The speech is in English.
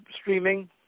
streaming